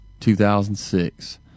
2006